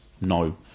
No